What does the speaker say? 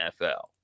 NFL